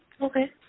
Okay